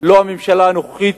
לא הממשלה הנוכחית